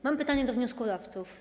Mam pytanie do wnioskodawców.